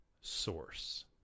source